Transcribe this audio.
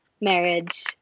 marriage